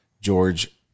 George